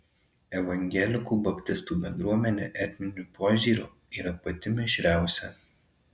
evangelikų baptistų bendruomenė etniniu požiūriu yra pati mišriausia